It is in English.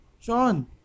Sean